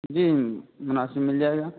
جی مناسب مل جائے گا